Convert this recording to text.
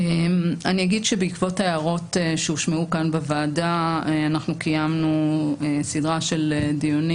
בעקבות ההערות שהושמעו כאן בוועדה קיימנו סדרה של דיונים